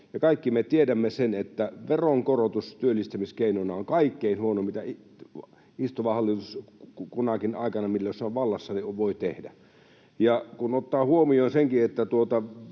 Kaikki me tiedämme sen, että veronkorotus työllistämiskeinona on kaikkein huonoin, mitä istuva hallitus kunakin aikana, milloin se on vallassa, voi tehdä. Kun ottaa huomioon senkin, että